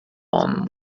one